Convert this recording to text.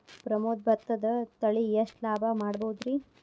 ಪ್ರಮೋದ ಭತ್ತದ ತಳಿ ಎಷ್ಟ ಲಾಭಾ ಮಾಡಬಹುದ್ರಿ?